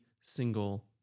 single